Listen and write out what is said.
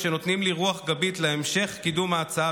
שנותנים לי רוח גבית להמשך קידום ההצעה